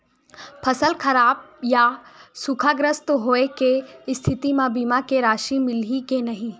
फसल खराब या सूखाग्रस्त होय के स्थिति म बीमा के राशि मिलही के नही?